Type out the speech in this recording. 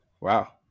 Wow